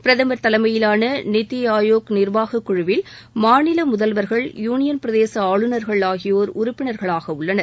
பிரதமர் தலைமையிலான நித்தி ஆயோக் நிர்வாகக் குழுவில் மாநில முதல்வர்கள் யூனியன் பிரதேச ஆளுநர்கள் ஆகியோர் உறுப்பினர்களாக உள்ளனர்